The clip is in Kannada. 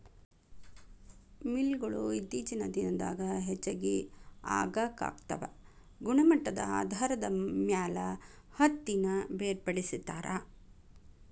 ಮಿಲ್ ಗೊಳು ಇತ್ತೇಚಿನ ದಿನದಾಗ ಹೆಚಗಿ ಆಗಾಕತ್ತಾವ ಗುಣಮಟ್ಟದ ಆಧಾರದ ಮ್ಯಾಲ ಹತ್ತಿನ ಬೇರ್ಪಡಿಸತಾರ